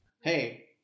Hey